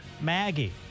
Maggie